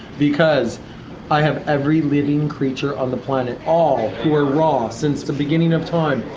because i have every living creature on the planet, all were raw since the beginning of time.